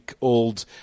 old